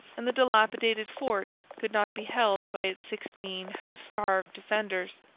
and the dilapidated fort could not be held by its sixteen half-starved defenders.